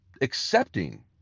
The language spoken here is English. accepting